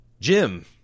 Jim